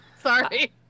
Sorry